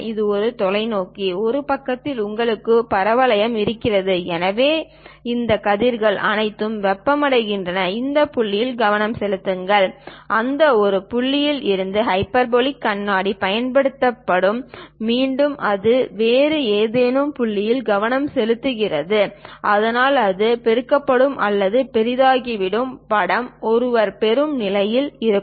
இது ஒரு தொலைநோக்கி ஒரு பக்கத்தில் உங்களுக்கு ஒரு பரவளையம் இருக்கும் எனவே இந்த கதிர்கள் அனைத்தும் வெப்பமடைகின்றன ஒரு புள்ளியில் கவனம் செலுத்துங்கள் அந்த ஒரு புள்ளியில் இருந்து ஹைபர்போலிக் கண்ணாடி பயன்படுத்தப்படும் மீண்டும் அது வேறு ஏதேனும் ஒரு புள்ளியில் கவனம் செலுத்தப்படும் இதனால் அது பெருக்கப்படும் அல்லது பெரிதாகிவிடும் படம் ஒருவர் பெறும் நிலையில் இருக்கும்